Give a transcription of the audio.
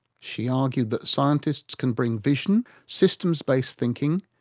she argued that scientists can bring vision, systems-based thinking,